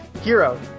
Hero